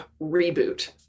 reboot